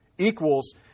equals